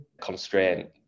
constraint